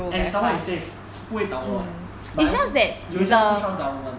and some more you save 不会倒 ah but then 有些人不 trust government